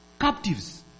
captives